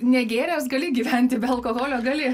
negėręs gali gyventi be alkoholio gali